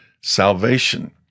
salvation